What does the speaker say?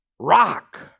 Rock